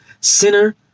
sinner